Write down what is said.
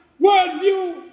worldview